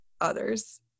others